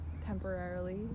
temporarily